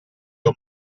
non